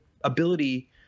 ability –